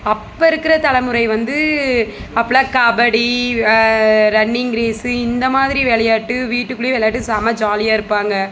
அப்போ இருக்கிற தலைமுறை வந்து அப்போலாம் கபடி ரன்னிங் ரேஸ்ஸு இந்தமாதிரி விளையாட்டு வீட்டுக்குள்ளையே விளையாண்ட்டு செம ஜாலியா இருப்பாங்கள்